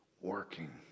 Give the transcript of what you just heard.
working